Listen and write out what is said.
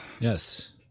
Yes